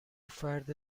فرد